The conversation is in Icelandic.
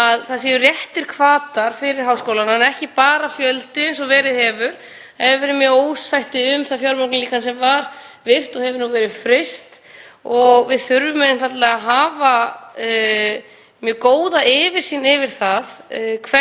Við þurfum einfaldlega að hafa mjög góða yfirsýn yfir það hvernig peningunum er varið, hvert þeir eru að fara í háskóla og hvernig við getum eflt þá og aukið sveigjanleika og möguleika þeirra, einmitt eins og hv. þingmaður